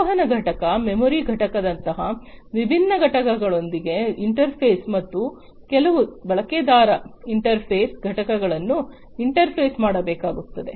ಸಂವಹನ ಘಟಕ ಮೆಮೊರಿ ಘಟಕದಂತಹ ವಿಭಿನ್ನ ಘಟಕಗಳೊಂದಿಗೆ ಇಂಟರ್ಫೇಸ್ ಮತ್ತು ಕೆಲವು ಬಳಕೆದಾರ ಇಂಟರ್ಫೇಸ್ ಘಟಕಗಳನ್ನು ಇಂಟರ್ಫೇಸ್ ಮಾಡಬೇಕಾಗುತ್ತದೆ